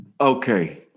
Okay